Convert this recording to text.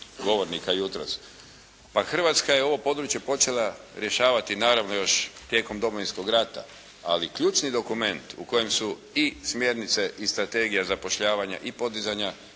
govornika jutros. Pa Hrvatska je ovo područje počela rješavati naravno još tijekom Domovinskog rata ali ključni dokument u kojem su i smjernice i strategija zapošljavanja i podizanja